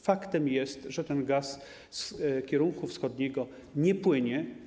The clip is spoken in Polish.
Faktem jest, że ten gaz z kierunku wschodniego nie płynie.